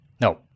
No